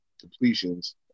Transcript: completions